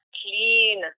clean